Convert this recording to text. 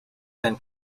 then